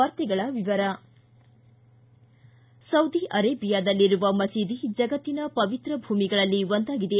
ವಾರ್ತೆಗಳ ವಿವರ ಸೌದಿ ಅರೇಬಿಯಾದಲ್ಲಿರುವ ಮಸೀದಿ ಜಗತ್ತಿನ ಪವಿತ್ರ ಭೂಮಿಗಳಲ್ಲಿ ಒಂದಾಗಿದೆ